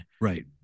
Right